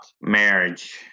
marriage